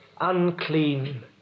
unclean